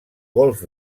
golf